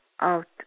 out